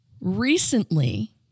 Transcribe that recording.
recently